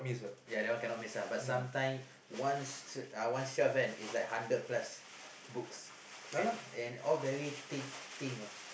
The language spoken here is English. ya that one cannot miss ah but sometimes one uh one shelf kan is like hundred plus books and and all very thick thing